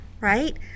right